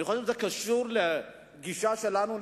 אני חושב שזה קשור לגישה שלנו,